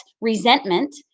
resentment